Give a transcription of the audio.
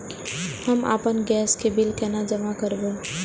हम आपन गैस के बिल केना जमा करबे?